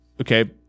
okay